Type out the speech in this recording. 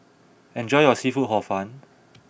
enjoy your Seafood Hor Fun